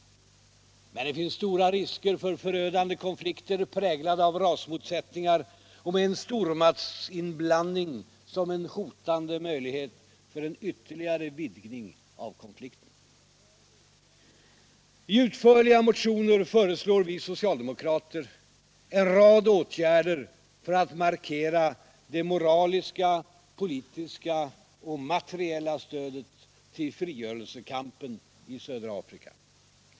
Men det finns stora risker för förödande konflikter präglade av rasmotsättningar och med en stormaktsinblandning som en hotande möjlighet för en ytterligare vidgning av konflikten. I utförliga motioner föreslår vi socialdemokrater en rad åtgärder för att markera det moraliska, politiska och materiella stödet till frigörelsekampen i södra Afrika.